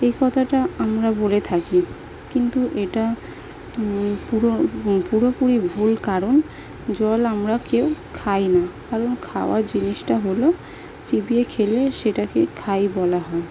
এই কথাটা আমরা বলে থাকি কিন্তু এটা পুরো পুরোপুরি ভুল কারণ জল আমরা কেউ খাই না কারণ খাওয়া জিনিসটা হলো চিবিয়ে খেলে সেটাকে খাই বলা হয়